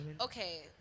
Okay